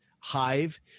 hive